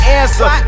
answer